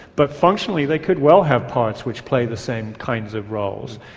but functionally they could well have parts which play the same kinds of roles.